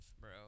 bro